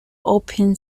open